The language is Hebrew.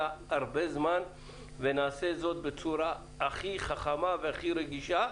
הרבה זמן ונעשה זאת בצורה הכי חכמה והכי רגישה.